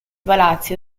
palazzi